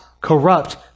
corrupt